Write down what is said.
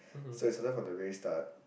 so we started from the very start